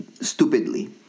stupidly